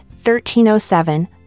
1307